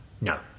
No